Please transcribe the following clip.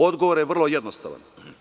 Odgovor je vrlo jednostavan.